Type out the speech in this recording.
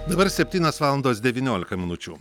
dabar septynios valandos devyniolika minučių